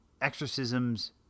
exorcisms